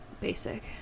basic